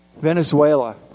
Venezuela